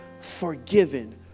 forgiven